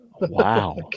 Wow